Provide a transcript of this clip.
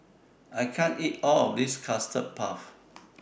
I can't eat All of This Custard Puff